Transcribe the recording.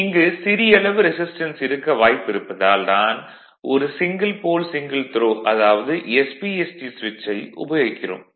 இங்கு சிறியளவு ரெசிஸ்டன்ஸ் இருக்க வாய்ப்பிருப்பதால் தான் ஒரு சிங்கிள் போல் சிங்கிள் த்ரோ அதாவது SPST ஸ்விட்சை உபயோகிக்கிறோம்